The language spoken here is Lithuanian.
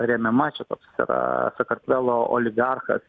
remiama čia toks yra sakartvelo oligarchas